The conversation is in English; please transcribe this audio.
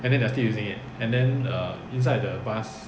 and then they are still using it and then err inside the bus